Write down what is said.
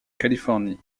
californie